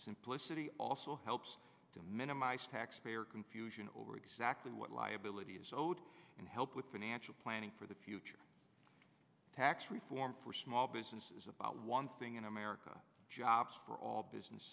simplicity also helps to minimize taxpayer confusion over exactly what liability is owed and help with financial planning for the future tax reform for small businesses about one thing in america jobs for all business